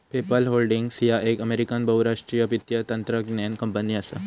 PayPal holdings ह्या एक American बहुराष्ट्रीय वित्तीय तंत्रज्ञान कंपनी असा